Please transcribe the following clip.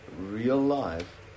real-life